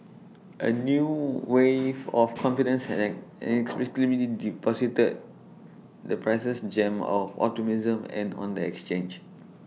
A new wave of confidence had an an inexplicably deposited the prices gem of optimism and on the exchange